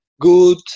good